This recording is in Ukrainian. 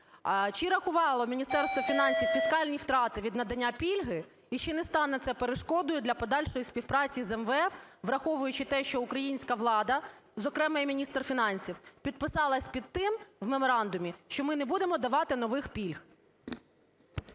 Чи рахувало Міністерство фінансів фіскальні втрати від надання пільги? І чи не стане це перешкодою для подальшої співпраці з МВФ, враховуючи те, що українська влада, зокрема, і міністр фінансів, підписалась під тим в меморандумі, що ми не будемо давати нових пільг?